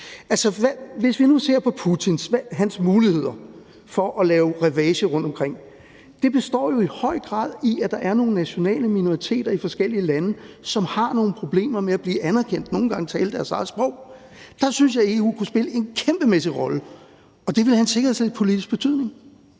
hvis vi nu ser på Putins muligheder for at lave ravage rundtomkring, består de jo i høj grad i, at der er nogle nationale minoriteter i forskellige lande, som har nogle problemer med at blive anerkendt – nogle gange tale deres eget sprog. Der synes jeg, at EU kunne spille en kæmpemæssig rolle, og det ville have en sikkerhedspolitisk betydning.